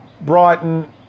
Brighton